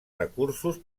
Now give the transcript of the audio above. recursos